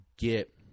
get